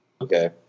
okay